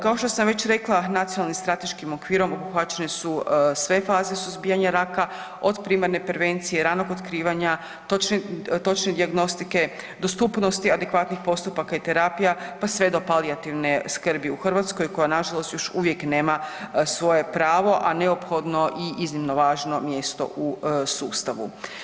Kao što sam već rekla nacionalnim strateškim okvirom obuhvaćene su sve faze suzbijanja raka od primarne prevencije, ranog otkrivanja, točne dijagnostike, dostupnosti adekvatnih postupaka i terapija pa sve do palijativne skrbi u Hrvatskoj koja nažalost još uvijek nema svoje pravo, a neophodno i iznimno važno mjesto u sustavu.